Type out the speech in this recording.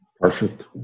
Perfect